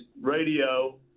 radio